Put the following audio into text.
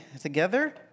together